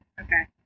okay